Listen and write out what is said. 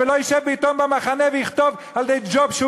ולא ישב בעיתון "במחנה" ויכתוב על-ידי ג'וב שהוא